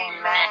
Amen